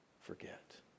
forget